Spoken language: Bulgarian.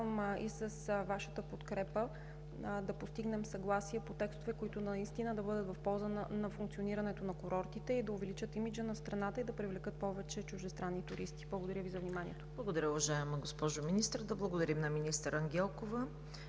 с Вашата подкрепа да постигнем съгласие по текстове, които наистина да бъдат в полза на функционирането на курортите, да увеличат имиджа на страната и да привлекат повече чуждестранни туристи. Благодаря Ви за вниманието. ПРЕДСЕДАТЕЛ ЦВЕТА КАРАЯНЧЕВА: Благодаря, уважаема госпожо Министър. Да благодарим на госпожа Ангелкова